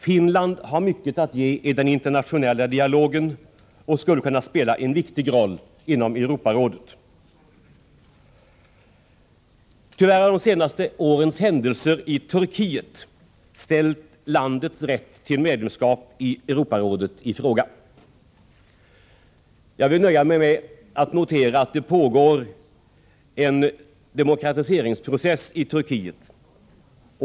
Finland har mycket att ge i den internationella dialogen och skulle kunna spela en viktig roll inom Europarådet. Tyvärr har de senaste årens händelser i Turkiet ställt landets rätt till medlemskap i Europarådet i fråga. Jag vill nöja mig med att notera att det pågår en demokratiseringsprocess i Turkiet.